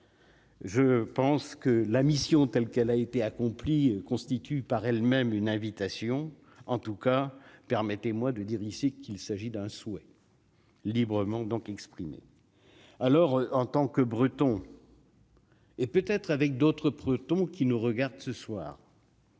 Je pense que la mission telle qu'elle a été accomplie constitue par elle-même une invitation en tout cas, permettez-moi de dire ici qu'il s'agit d'un souhait librement donc exprimer alors en tant que Breton. Et peut être avec d'autres protons qui nous regardent ce soir.